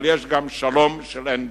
אבל יש גם שלום אין ברירה.